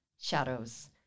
shadows